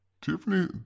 Tiffany